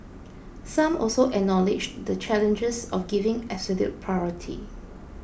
some also acknowledged the challenges of giving absolute priority